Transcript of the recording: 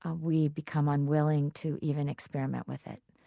ah we become unwilling to even experiment with it.